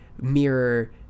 mirror